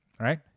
right